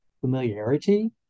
familiarity